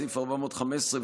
סעיף 415,